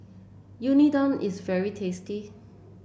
unadon is very tasty